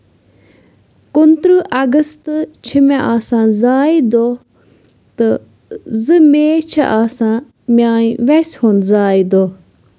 کُنہٕ ترٕٛہ اَگستہٕ چھِ مےٚ آسان زایہِ دۄہ تہٕ زٕ میٚے چھِ آسان میانہِ ویسی ہُند زایہِ دۄہ